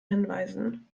hinweisen